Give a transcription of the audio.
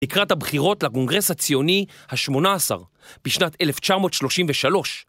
לקראת הבחירות לקונגרס הציוני ה-18 בשנת 1933.